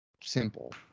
simple